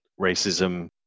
racism